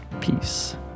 peace